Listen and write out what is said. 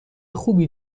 خوبی